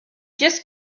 just